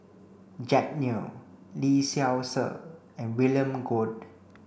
Jack Neo Lee Seow Ser and William Goode